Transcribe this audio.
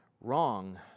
wrong